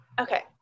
Okay